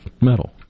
Metal